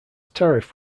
tariff